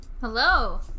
Hello